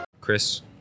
Chris